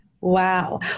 Wow